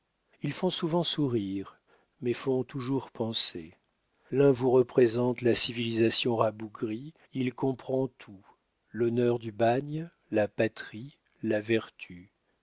ils font souvent sourire mais font toujours penser l'un vous représente la civilisation rabougrie il comprend tout l'honneur du bagne la patrie la vertu